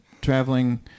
traveling